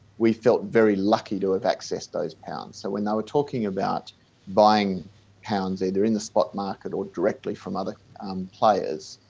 we felt very lucky to have accessed those pounds. so when they were talking about buying pounds, either in the spot market or directly from other players,